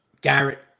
Garrett